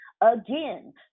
Again